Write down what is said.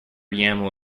yaml